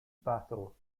battle